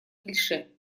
клише